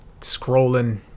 scrolling